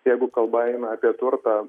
jeigu kalba eina apie turtą